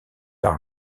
par